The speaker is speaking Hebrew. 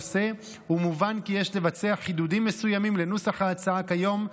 ומובן כי יש לבצע חידודים מסוימים לנוסח ההצעה כיום,